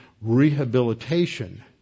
rehabilitation